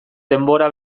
denbora